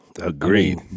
Agreed